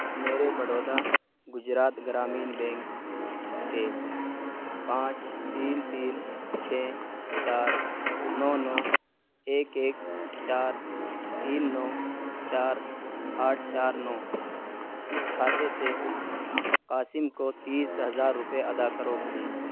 میرے بڑودا گجرات گرامین بینک کے پانچ تین تین چھ چار نو نو ایک ایک چار تین نو چار آٹھ چار نو اس خاتے سے قاسم کو تیس ہزار روپئے ادا کرو پلیز